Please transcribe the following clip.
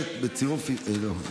מוגשת בצירוף, לא,